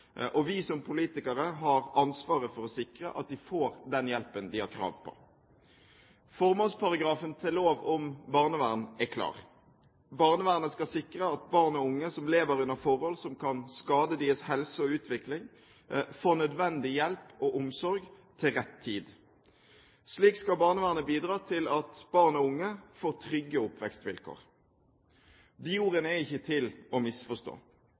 Vi som politikere har ansvaret for å sikre at de får den hjelpen de har krav på. Formålsparagrafen til lov om barnevern er klar. Barnevernet skal sikre at barn og unge som lever under forhold som kan skade deres helse og utvikling, får nødvendig hjelp og omsorg til rett tid. Slik skal barnevernet bidra til at barn og unge får trygge oppvekstvilkår. De ordene er ikke til å misforstå.